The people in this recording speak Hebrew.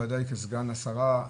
ודאי כסגן השרה,